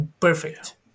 Perfect